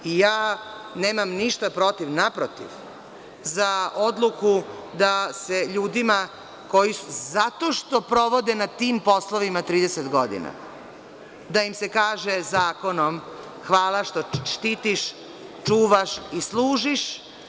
Nemam ništa protiv, naprotiv, za odluku da se ljudima koji su, a zato što provode na tim poslovima 30 godina, da im se kaže zakonom hvalašto štitiš, čuvaš i služiš.